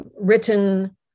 written